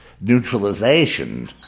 neutralization